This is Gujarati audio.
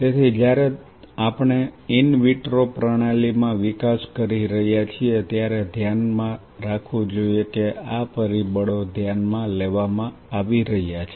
તેથી જ્યારે આપણે ઈન વિટ્રો પ્રણાલી માં વિકાસ કરી રહ્યા છીએ ત્યારે ધ્યાનમાં રાખવું જોઈએ કે આ પરિબળો ધ્યાનમાં લેવામાં આવી રહ્યા છે